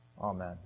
Amen